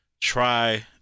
Try